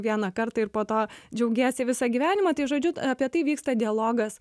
vieną kartą ir po to džiaugiesi visą gyvenimą tai žodžiu apie tai vyksta dialogas